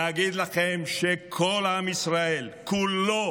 להגיד לכם שכל עם ישראל כולו